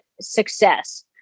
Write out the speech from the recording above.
success